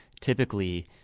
typically